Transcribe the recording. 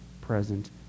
present